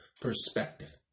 perspective